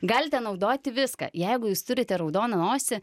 galite naudoti viską jeigu jūs turite raudoną nosį